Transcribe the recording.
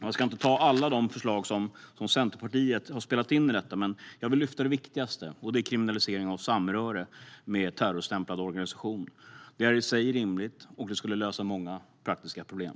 Jag ska inte ta upp alla de förslag som Centerpartiet har spelat in i detta, men jag vill lyfta det viktigaste: kriminalisering av samröre med terrorstämplade organisationer. Det är i sig rimligt, och det skulle lösa många praktiska problem.